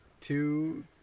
two